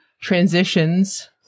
transitions